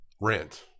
rent